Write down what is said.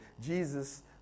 Jesus